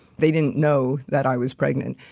they didn't know that i was pregnant.